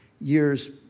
years